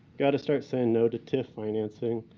gotta start saying no to tif financing.